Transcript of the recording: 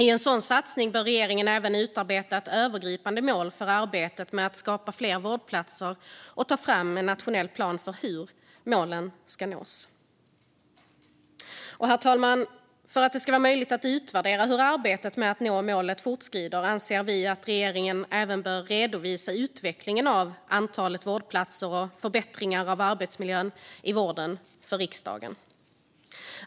I en sådan satsning bör regeringen även utarbeta ett övergripande mål för arbetet med att skapa fler vårdplatser och ta fram en nationell plan för hur målet ska nås. Herr talman! För att det ska vara möjligt att utvärdera hur arbetet med att nå målet fortskrider anser vi att regeringen även bör redovisa utvecklingen av antalet vårdplatser och förbättringar av arbetsmiljön i vården för riksdagen.